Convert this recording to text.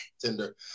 Tinder